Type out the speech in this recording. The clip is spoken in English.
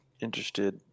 interested